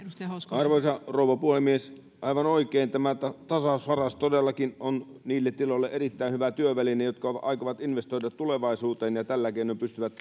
arvoisa rouva puhemies aivan oikein tämä tasausvaraus todellakin on erittäin hyvä työväline niille tiloille jotka aikovat investoida tulevaisuuteen ja tällä keinoin ne pystyvät